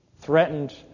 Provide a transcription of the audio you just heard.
threatened